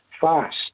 fast